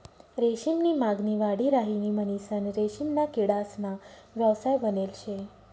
रेशीम नी मागणी वाढी राहिनी म्हणीसन रेशीमना किडासना व्यवसाय बनेल शे